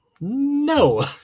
no